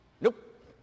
Nope